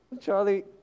Charlie